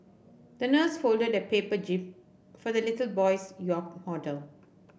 the nurse folded a paper jib for the little boy's yacht model